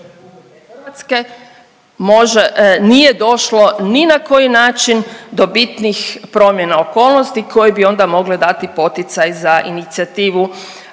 nije došlo ni na koji način do bitnih promjena okolnosti koje bi onda mogle dati poticaj za inicijativu